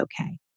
okay